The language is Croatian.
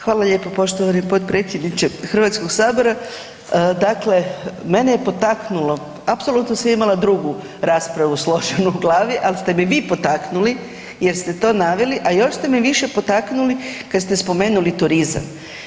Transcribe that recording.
Hvala lijepo poštovani potpredsjedniče HS-a, dakle, mene je potaknulo, apsolutno sam imala drugu raspravu složenu u glavu, ali ste vi potaknuli jer ste to naveli, a još ste me više potaknuli kad ste spomenuli turizam.